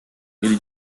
ele